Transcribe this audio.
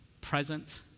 present